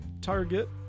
Target